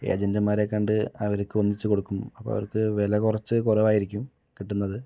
ഏജൻറ്റ്മാരെ കണ്ട് അവർക്ക് ഒന്നിച്ച് കൊടുക്കും അപ്പം അവർക്ക് വില കുറച്ച് കുറവായിരിക്കും കിട്ടുന്നത്